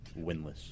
winless